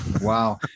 Wow